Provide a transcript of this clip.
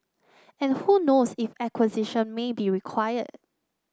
and who knows if acquisition may be required